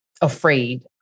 afraid